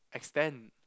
extend